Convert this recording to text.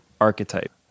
archetype